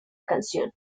canción